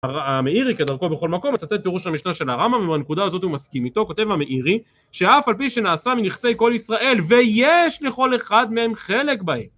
המאירי כדרכו בכל מקום, מצטט פירוש המשנה של הרמב״ם ומהנקודה הזאת הוא מסכים איתו, כותב המאירי שאף על פי שנעשה מנכסי כל ישראל ויש לכל אחד מהם חלק בהם